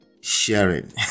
sharing